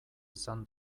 izan